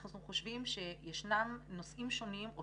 אנחנו גם חושבים שיש נושאים שונים או